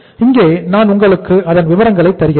இங்கே நான் உங்களுக்கு அதன் விபரங்களை தருகிறேன்